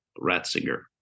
Ratzinger